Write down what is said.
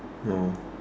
no